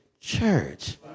church